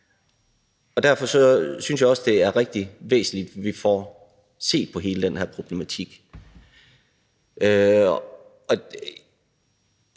Derfor synes jeg også, det er rigtig væsentligt, at vi får set på hele den her problematik.